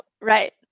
Right